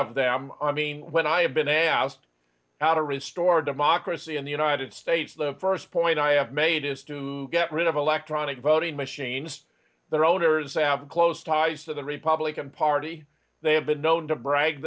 of them i mean when i have been asked how to restore democracy see in the united states the first point i have made is to get rid of electronic voting machines their owners have close ties to the republican party they have been known to brag